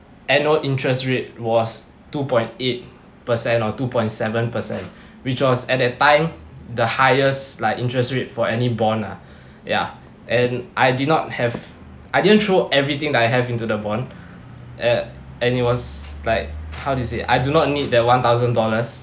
annual interest rate was two point eight percent or two point seven percent which was at that time the highest like interest rate for any bond lah ya and I did not have I didn't throw everything I have into the bond a~ and it was like how to say I do not need that one thousand dollars